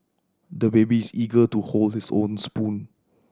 the baby is eager to hold his own spoon